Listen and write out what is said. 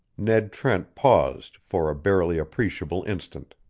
ned trent paused for a barely appreciable instant.